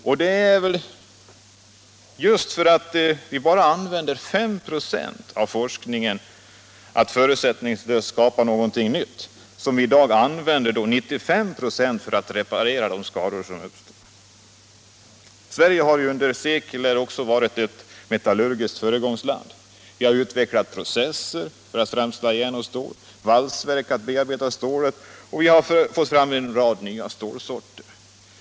Och är det inte just därför att vi bara använder 5 96 av forskningen till att förutsättningslöst skapa något nytt som vi i dag använder 95 96 för att reparera de skador som uppstått? Sverige har under sekler varit ett metallurgiskt föregångsland. Vi har utvecklat processer för att framställa järn och stål, byggt valsverk för att bearbeta stålet, och vi har fått fram en rad nya stålsorter.